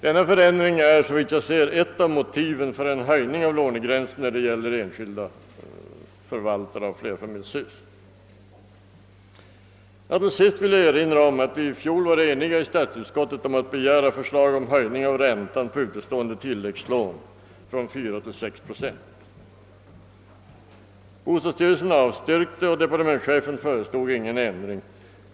Denna förändring är, såvitt jag kan se, ett av motiven för en höjning av lånegränsen när det gäller enskilda förvaltare av flerfamiljshus. Till sist vill jag erinra om att vi i fjol i statsutskottet var eniga om att begära förslag om en höjning av räntan på utestående tilläggslån från 4 till 6 procent. Bostadsstyrelsen avstyrkte och departementschefen föreslog ingen ändring.